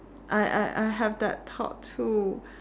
I I I have that thought too